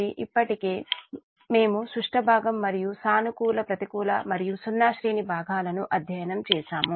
ఇప్పటికే మేము సుష్ట భాగం మరియు సానుకూల ప్రతికూల మరియు సున్నా శ్రేణి భాగాలను అధ్యయనం చేసాము